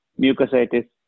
mucositis